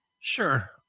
Sure